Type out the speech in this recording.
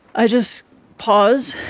i just pause,